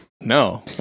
No